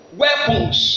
weapons